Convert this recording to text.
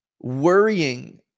worrying